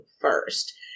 first –